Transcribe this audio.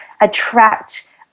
attract